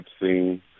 seen